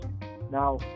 now